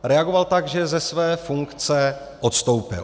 Reagoval tak, že ze své funkce odstoupil.